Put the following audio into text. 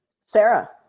Sarah